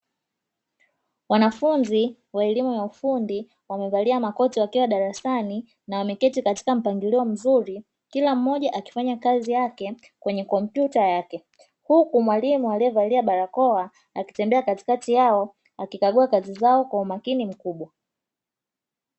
Wanafunzi wa elimu ya ufundi wamevalia makoti, wakiwa darasani na wameketi katika mpangilo mzuri kila mmoja akifanya kazi yake kwenye kompyuta yake. Huku mwalimu aliyevalia barakoa akikagua kazi zao kwa umakini mkubwa.